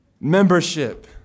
Membership